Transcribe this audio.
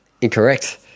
Incorrect